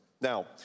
Now